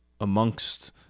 amongst